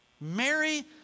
Mary